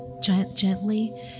gently